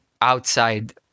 outside